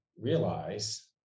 realize